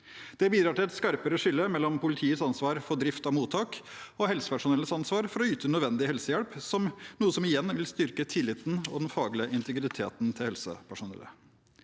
Det bidrar til et skarpere skille mellom politiets ansvar for drift av mottak og helsepersonellets ansvar for å yte nødvendig helsehjelp, noe som igjen vil styrke tilliten og den faglige integriteten til helsepersonellet.